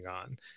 on